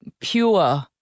pure